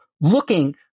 looking